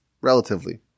relatively